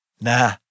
Nah